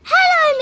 Hello